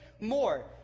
more